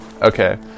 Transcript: Okay